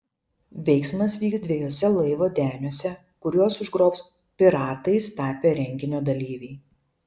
veiksmas vyks dviejuose laivo deniuose kuriuos užgrobs piratais tapę renginio dalyviai